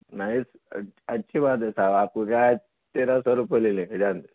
نہیں اچھی بات ہے صاحب آپ پورا تیرہ سو روپئے لے لیں گے جانے دیں